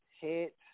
hit